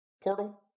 Portal